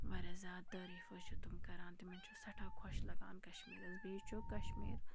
واریاہ زیادٕ تٲریٖف حظ چھِ تِم کَران تِمَن چھُ سٮ۪ٹھاہ خوش لَگان کَشمیٖرَس بیٚیہِ چھُ کَشمیٖر